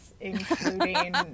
including